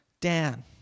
Dan